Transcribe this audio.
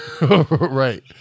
Right